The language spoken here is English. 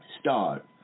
Start